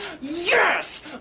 yes